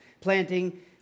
planting